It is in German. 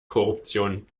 korruption